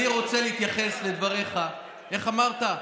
אני רוצה להתייחס לדבריך, איך אמרת?